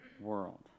world